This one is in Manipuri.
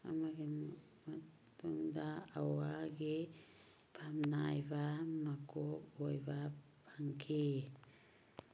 ꯑꯃꯒꯤ ꯃꯇꯨꯡꯗ ꯍꯋꯥꯒꯤ ꯐꯝꯅꯥꯏꯕ ꯃꯀꯣꯛ ꯑꯣꯏꯕ ꯐꯪꯈꯤ